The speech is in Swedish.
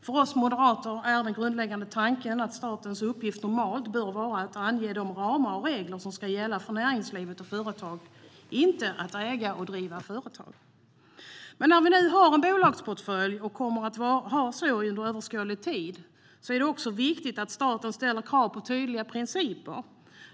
För oss moderater är den grundläggande tanken att statens uppgift normalt bör vara att ange de ramar och regler som ska gälla för näringsliv och företag, inte att äga och driva företag. När vi nu har en bolagsportfölj, och kommer att ha det under överskådlig tid, är det viktigt att staten ställer krav på tydliga principer.